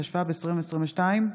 התשפ"ב 2022,